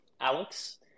Alex